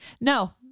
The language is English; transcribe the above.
No